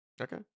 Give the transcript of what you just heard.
Okay